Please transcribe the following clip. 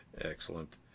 Excellent